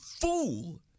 fool